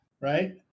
right